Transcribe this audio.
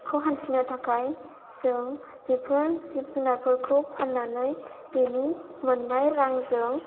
हान्थिनो थाखाय जों बेफोर जिब जुनारफोरखौ फाननानै बेनि मोननाय रांजों